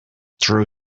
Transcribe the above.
threw